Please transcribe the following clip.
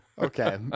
Okay